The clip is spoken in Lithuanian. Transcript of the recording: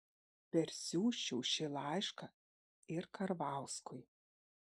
persiųsčiau šį laišką ir karvauskui